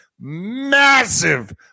massive